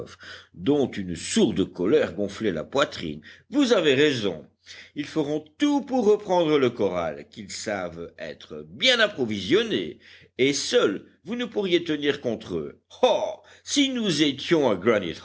dont une sourde colère gonflait la poitrine vous avez raison ils feront tout pour reprendre le corral qu'ils savent être bien approvisionné et seul vous ne pourriez tenir contre eux ah si nous étions à